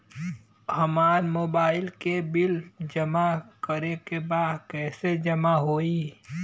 हमार मोबाइल के बिल जमा करे बा कैसे जमा होई?